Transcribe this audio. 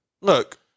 Look